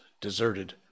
deserted